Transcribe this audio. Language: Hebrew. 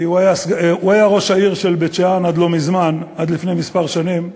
הוא היה ראש העיר בית-שאן עד לפני כמה שנים,